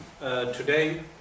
Today